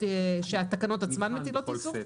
והתקנות עצמן מטילות איסור.